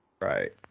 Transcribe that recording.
Right